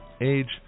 age